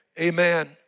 Amen